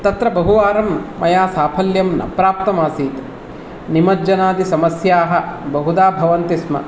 तत्र बहुवारं मया साफल्यं न प्राप्तमासीत् निमज्जनादि समस्याः बहुधा भवन्ति स्म